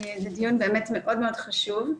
זה דיון באמת מאוד מאוד חשוב.